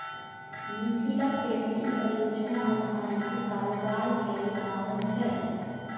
Mithila painting परियोजना आधारित कारोबार केर उदाहरण छै